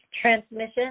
transmission